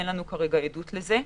אין לנו כרגע עדות לזה.